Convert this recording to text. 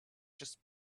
just